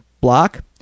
block